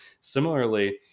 similarly